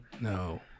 No